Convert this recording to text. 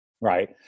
right